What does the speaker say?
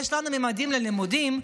יש לנו ממדים ללימודים,